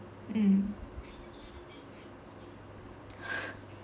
mm